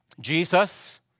Jesus